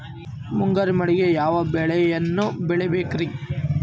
ಮುಂಗಾರು ಮಳೆಗೆ ಯಾವ ಬೆಳೆಯನ್ನು ಬೆಳಿಬೇಕ್ರಿ?